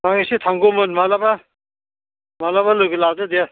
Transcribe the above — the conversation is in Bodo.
आं एसे थांगौमोन मालाबा मालाबा लोगो लादो दे